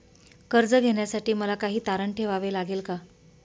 कर्ज घेण्यासाठी मला काही तारण ठेवावे लागेल का?